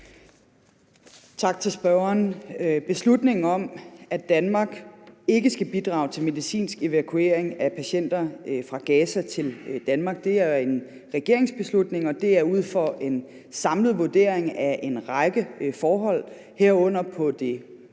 Tak til spørgeren. Beslutningen om, at Danmark ikke skal bidrage til medicinsk evakuering af patienter fra Gaza til Danmark, er en regeringsbeslutning, og det er ud fra en samlet vurdering af en række forhold, herunder på det